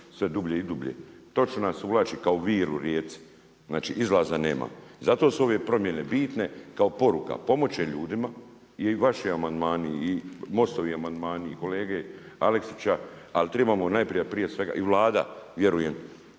sve dublje i dublje. Točno nas uvlači kao vir u rijeci, znači izlaza nema. I zato su ove promjene bitne kao poruka, pomoći će ljudima i vaši amandmani i MOST-ovi amandmani i kolege Aleksića ali trebamo najprije prije svega i Vlada, vjerujem,